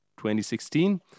2016